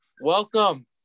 Welcome